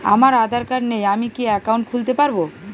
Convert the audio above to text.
আমার আধার কার্ড নেই আমি কি একাউন্ট খুলতে পারব?